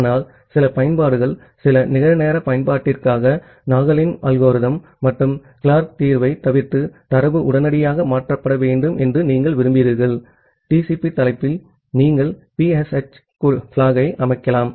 ஆனால் சில பயன்பாடுகள் சில நிகழ்நேர பயன்பாட்டிற்காக நாகலின் அல்கோரிதம் மற்றும் கிளார்க் தீர்வைத் தவிர்த்து தரவு உடனடியாக மாற்றப்பட வேண்டும் என்று நீங்கள் விரும்புகிறீர்கள் TCP ஹெட்டெர்ல் நீங்கள் PSH flag அமைக்கலாம்